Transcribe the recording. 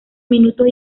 minutos